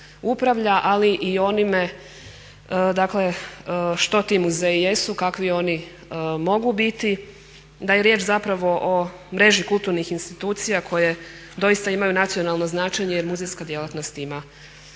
ali i onime dakle što ti muzeji jesu, kakvi oni mogu biti, da je riječ zapravo o mreži kulturnih institucija koje doista imaju nacionalno značenje jer muzejska djelatnost ima